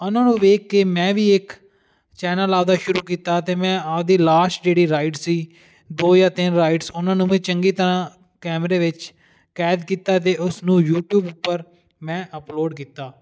ਉਹਨਾਂ ਨੂੰ ਵੇਖ ਕੇ ਮੈਂ ਵੀ ਇੱਕ ਚੈਨਲ ਆਪਦਾ ਸ਼ੁਰੂ ਕੀਤਾ ਅਤੇ ਮੈਂ ਆਪਦੀ ਲਾਸਟ ਜਿਹੜੀ ਰਾਈਡ ਸੀ ਦੋ ਜਾਂ ਤਿੰਨ ਰਾਈਡਸ ਉਹਨਾਂ ਨੂੰ ਵੀ ਚੰਗੀ ਤਰ੍ਹਾਂ ਕੈਮਰੇ ਵਿੱਚ ਕੈਦ ਕੀਤਾ ਅਤੇ ਉਸ ਨੂੰ ਯੂਟਿਊਬ ਉੱਪਰ ਮੈਂ ਅਪਲੋਡ ਕੀਤਾ